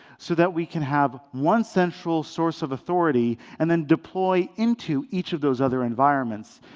so that we can have one central source of authority and then deploy into each of those other environments.